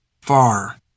far